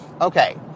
Okay